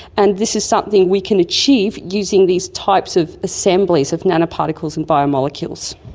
and this is something we can achieve using these types of assemblies of nano-particles and bio-molecules.